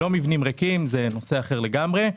ולא מבנים ריקים; זה נושא אחר לגמרי.